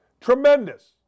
Tremendous